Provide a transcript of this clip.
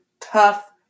Tough